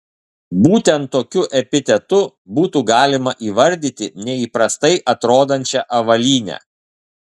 būtent tokiu epitetu būtų galima įvardyti neįprastai atrodančią avalynę